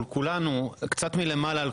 קצת מלמעלה.